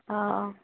অ অ